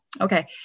okay